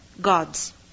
gods